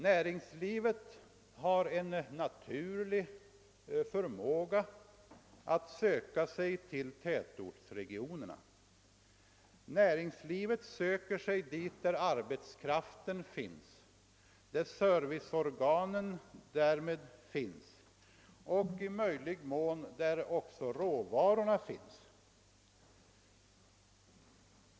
Näringslivet har en naturlig förmåga att söka sig till tätortsregionerna — det söker sig till de platser där arbetskraften är tillgänglig, där serviceorganen finns och där i möjlig mån också råvarorna finns.